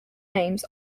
names